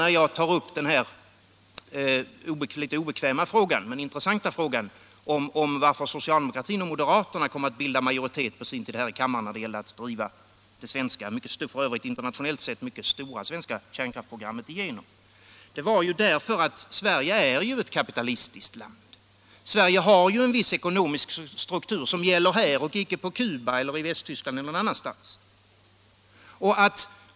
Att jag tar upp den här litet obekväma men intressanta frågan varför socialdemokraterna och moderaterna kom att bilda majoritet på sin tid här i kammaren när det gällde att driva det svenska — f. ö. internationellt sett mycket stora — kärnkraftsprogrammet beror på att Sverige ju är ett kapitalistiskt land. Sverige har en viss ekonomisk struktur som gäller här och icke på Cuba eller i Västtyskland eller någon annanstans.